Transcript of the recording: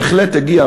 בהחלט הגיע,